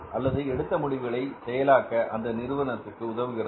அல்லது எடுத்த முடிவுகளை செயலாக்க அந்த நிறுவனத்திற்கு உதவுகிறது